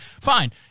fine